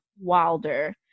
Wilder